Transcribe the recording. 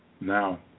Now